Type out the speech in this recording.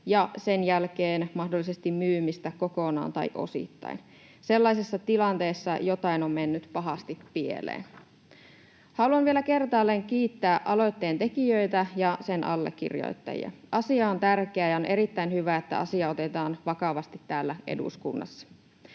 ja sen jälkeen mahdollisesti myymistä kokonaan tai osittain. Sellaisessa tilanteessa jotain on mennyt pahasti pieleen. Haluan vielä kertaalleen kiittää aloitteen tekijöitä ja sen allekirjoittajia. Asia on tärkeä, ja on erittäin hyvä, että asia otetaan vakavasti täällä eduskunnassa.